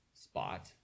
spot